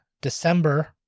December